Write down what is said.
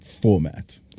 format